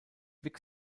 vic